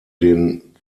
den